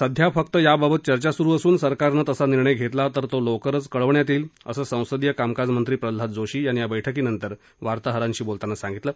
सध्या फक्त याबाबत चर्चा सुरू असून सरकारनं तसा निर्णय घेतला तर तो लवकरच कळवण्यात येईल असं संसदीय कामकाज मंत्री प्रल्हाद जोशी यांनी या बैठकीनंतर वार्ताहरांशी बोलताना सांगितलं